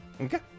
Okay